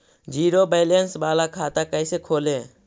Zero balance बाला खाता कैसे खोले?